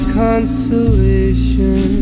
consolation